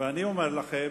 ואני אומר לכם